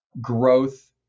growth